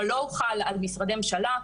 אבל לא הוחל על משרדי ממשלה.